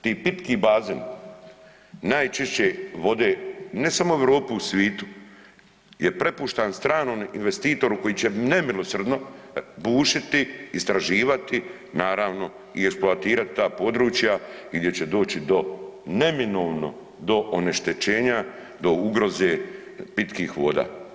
Ti pitki bazeni najčišće vode ne samo u Europi, u svitu je prepušten stranom investitoru koji će nemilosrdno bušiti, istraživati, naravno i eksploatirati ta područja i gdje će doći do, neminovno do oneštećenja, do ugroze pitkih voda.